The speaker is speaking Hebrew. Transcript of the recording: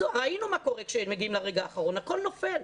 ראינו מה קורה כשמגיעים לרגע האחרון, הכול נופל.